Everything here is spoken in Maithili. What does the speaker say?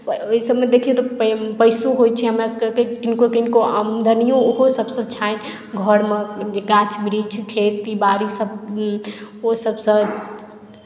ओहि सभमे देखियौ तऽ पैसो होइ छै हमरा सभकेँ किनको किनको आमदनियो ओहो सभसे छै घरमे जे गाछ वृक्ष खेती बाड़ी सभ ओ सभसँ